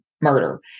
murder